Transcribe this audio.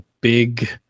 big